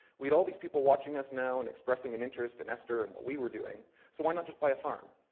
we had all these people watching us, and expressing an interest in esther and what we were doing, so why not just buy a farm?